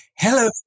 Hello